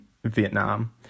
Vietnam